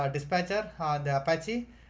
um dispatcher, ah, the apache.